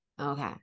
Okay